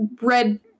red